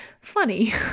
funny